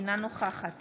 אינה נוכחת